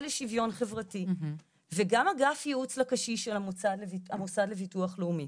לשיווין חברתי וגם אגף יעוץ לקשיש של המוסד לביטוח הלאומי